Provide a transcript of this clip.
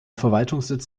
verwaltungssitz